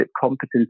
competence